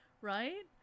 Right